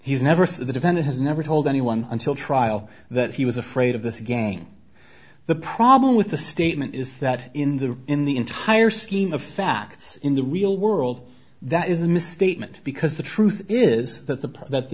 he's never seen the defendant has never told anyone until trial that he was afraid of this again the problem with the statement is that in the in the entire scheme of facts in the real world that is a misstatement because the truth is that the part that the